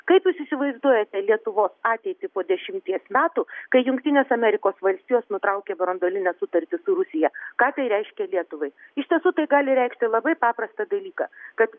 kaip jūs įsivaizduojate lietuvos ateitį po dešimties metų kai jungtinės amerikos valstijos nutraukė branduolinę sutartį su rusija ką tai reiškia lietuvai iš tiesų tai gali reikšti labai paprastą dalyką kad